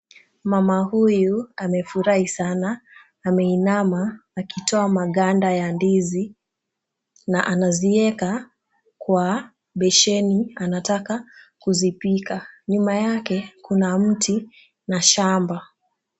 Mama huyu amefurahi sana ameinama akitoa maganda ya ndizi na anazieka kwa besheni anataka kuzipika. Nyuma yake kuna mti na shamba.